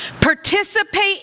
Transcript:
participate